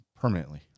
permanently